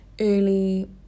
early